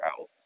out